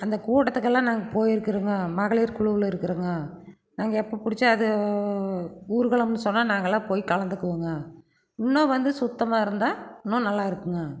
அந்த கூட்டத்துக்கெல்லாம் நாங்கள் போயிருக்கிறோங்க மகளிர் குழுவுல இருக்கிறோங்க நாங்கள் எப்போ புடிச்சு அது ஊர்கோலம்னு சொன்னால் நாங்களெலாம் போய் கலந்துக்குவோங்க இன்னும் வந்து சுத்தமாக இருந்தால் இன்னும் நல்லாயிருக்குங்க